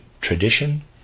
tradition